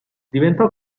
diventò